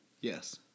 Yes